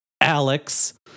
Alex